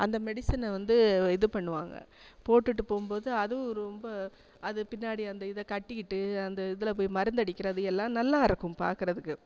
அந்த மெடிசனை வந்து இது பண்ணுவாங்க போட்டுட்டு போகும்போது அதுவும் ரொம்ப அது பின்னாடி அந்த இதை கட்டிக்கிட்டு அந்த இதில் போய் மருந்தடிக்கிறது எல்லாம் நல்லா இருக்கும் பார்க்குறதுக்கு